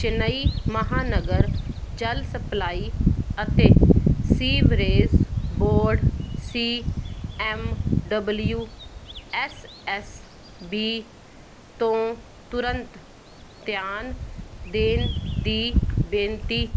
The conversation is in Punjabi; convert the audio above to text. ਚੇਨੱਈ ਮਹਾਂਨਗਰ ਜਲ ਸਪਲਾਈ ਅਤੇ sewerage board C M W S S B ਤੋਂ ਤੁਰੰਤ ਧਿਆਨ ਦੇਣ ਦੀ ਬੇਨਤੀ